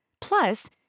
Plus